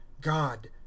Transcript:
god